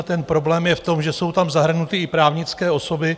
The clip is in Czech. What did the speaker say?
Ten problém je v tom, že jsou tam zahrnuty i právnické osoby.